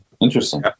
Interesting